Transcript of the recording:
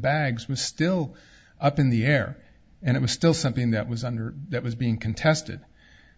bags was still up in the air and it was still something that was under that was being contested